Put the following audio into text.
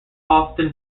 often